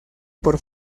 por